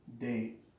date